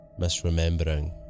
misremembering